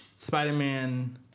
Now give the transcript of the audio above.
Spider-Man